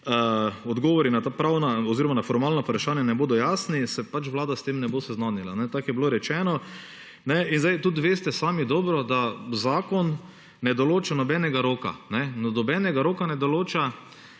odgovori na ta pravna oziroma na formalna vprašanja ne bodo jasni, se pač Vlada s tem ne bo seznanila. Tako je bilo rečeno. Zdaj tudi veste sami dobro, da zakon ne določa nobenega roka; nobenega roka ne določa,